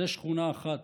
זו שכונה אחת.